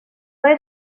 mae